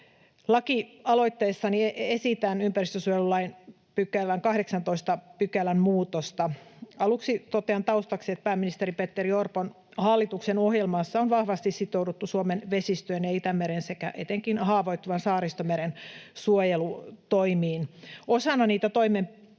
Lakialoitteessani esitän ympäristönsuojelulain 18 §:n muutosta. Aluksi totean taustaksi, että pääministeri Petteri Orpon hallituksen ohjelmassa on vahvasti sitouduttu Suomen vesistöjen ja Itämeren sekä etenkin haavoittuvan Saaristomeren suojelutoimiin. Osana niitä toimenpiteitä,